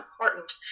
important